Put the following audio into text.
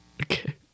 okay